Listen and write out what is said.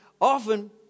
often